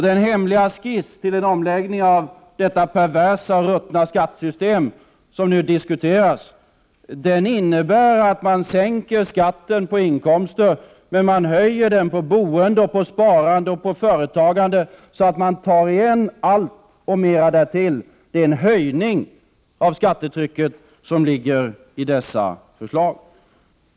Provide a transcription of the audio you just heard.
Den hemliga skiss till en omläggning av detta perversa och ruttna skattesystem som nu diskuteras innebär att man sänker 3 skatten på inkomsten men höjer skatten på boende, sparande, företagande, Partiledardebuttt så att man tar igen allt och mer därtill. Det är en höjning av skattetrycket som ligger i dessa förslag.